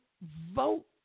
vote